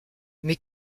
mais